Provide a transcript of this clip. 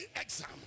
exam